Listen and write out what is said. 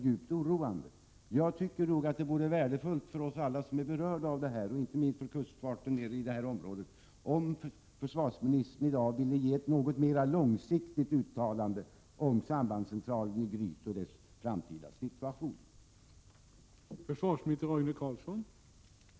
Jag tycker att det vore värdefullt för oss alla som är berörda av detta, inte minst för kustfarten i detta område, om försvarsministern i dag ville ge ett besked om sambandscentralen i Gryt och dess framtida situation på lång sikt.